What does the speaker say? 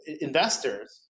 investors